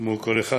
כמו כל אחד,